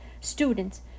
students